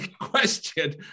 question